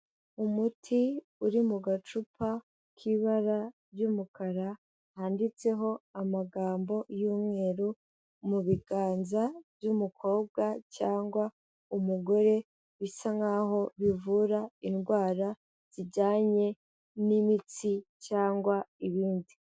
Umuti uri mu gacupa k'ibara ry'umukara, handitseho amagambo y'umweru mu biganza by'umukobwa cyangwa umugore, bisa nk'aho bivura indwara zijyanye n'imitsi cyangwa ibindi.